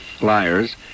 liars